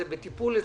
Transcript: זה בטיפול אצלך,